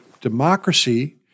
democracy